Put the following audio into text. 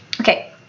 Okay